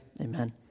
amen